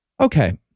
Okay